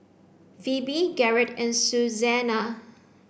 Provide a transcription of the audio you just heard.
Phoebe Garrett and Susannah